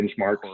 benchmarks